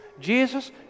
Jesus